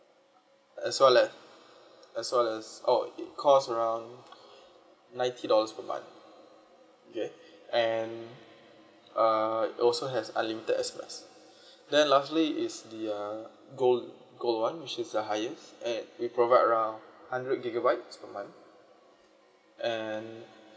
as well as as well as oh it cost around ninety dollars for month okay and uh also has unlimited S_M_S then lastly is the uh gold gold one which is the highest at we provide around hundred gigabytes per month and